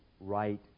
right